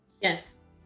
Yes